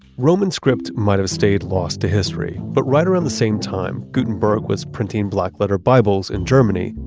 roman script might have stayed lost to history, but right around the same time, gutenberg was printing blackletter bibles in germany,